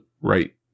right